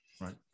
right